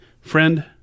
Friend